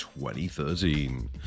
2013